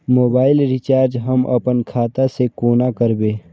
Mobile recharge हम आपन खाता से कोना करबै?